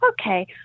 Okay